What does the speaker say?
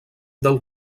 del